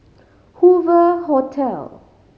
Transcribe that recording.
Hoover Hotel